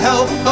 Help